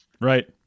Right